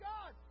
God